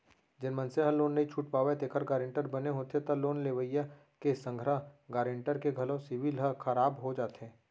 जेन मनसे ह लोन नइ छूट पावय तेखर गारेंटर बने होथे त लोन लेवइया के संघरा गारेंटर के घलो सिविल ह खराब हो जाथे